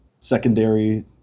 secondary